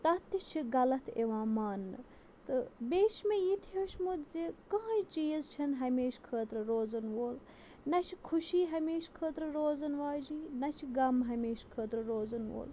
تَتھ تہِ چھِ غلط یِوان ماننہٕ تہٕ بیٚیہِ چھُ مےٚ یہِ تہِ ہیوٚوچھمُت زِ کٕہٕنۍ چیٖز چھنہٕ ہمیشہٕ خٲطرٕ روزَن وول نہ چھِ خوشی ہمیشہٕ خٲطرٕ روزَن واجیٚنۍ چھِ غم ہمیشہٕ خٲطرٕ روزَن وول